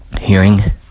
hearing